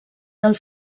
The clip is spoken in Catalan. del